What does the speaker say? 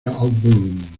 auburn